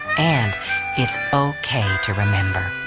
and it's okay to remember.